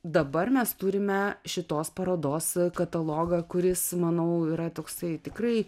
dabar mes turime šitos parodos katalogą kuris manau yra toksai tikrai